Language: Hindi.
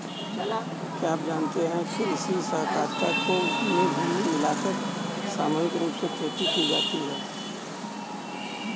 क्या आप जानते है कृषि सहकारिता में भूमि मिलाकर सामूहिक रूप से खेती की जाती है?